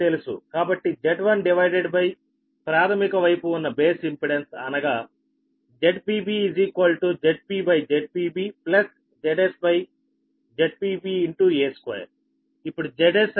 కాబట్టి Z1 divided by ప్రాథమిక వైపు ఉన్న బేస్ ఇంపెడెన్స్ అనగా ZpB ZpZpBZsZpBa2 ఇప్పుడు Zsఅనేది ZpBa2